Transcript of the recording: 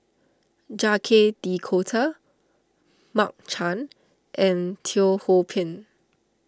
Jacques De Coutre Mark Chan and Teo Ho Pin